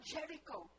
Jericho